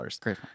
Great